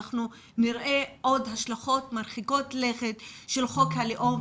אנחנו נראה עוד השלכות מרחיקות לכת של חוק הלאום,